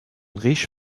riche